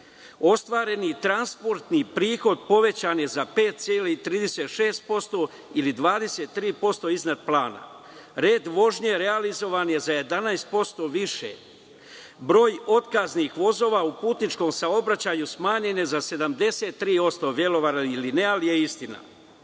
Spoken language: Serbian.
Ostvareni transportni prihod povećan je za 5,36% ili 23% iznad plana. Red vožnje realizovan je za 11% više. Broj otkaznih vozova u putničkom saobraćaju smanjen je za 73%. Zakašnjenje vozova